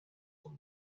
will